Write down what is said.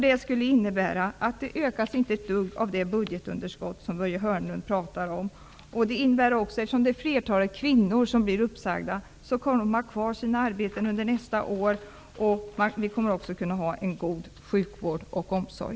Det skulle innebära att det budgetunderskott som Börje Hörnlund pratar om inte ökar ett dugg. Flertalet av de som har varslats om uppsägningar är kvinnor. Med vårt förslag skulle det innebära att de skulle kunna ha kvar sina arbeten under nästa år. Vi kommer också att kunna ha en god sjukvård och omsorg.